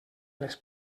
les